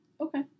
Okay